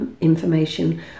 information